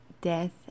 death